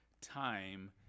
time